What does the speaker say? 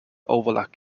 overlap